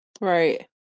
right